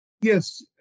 Yes